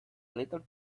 little